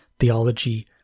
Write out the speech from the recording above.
theology